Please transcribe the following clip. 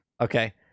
Okay